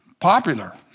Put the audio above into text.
popular